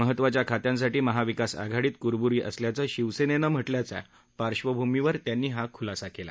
महत्वाच्या खात्यांसाठी महाविकास आघाडीत कुरबुरी असल्याचं शिवसेनेनं म्हटल्याच्या पार्शवभूमीवर त्यांनी हा खुलासा केला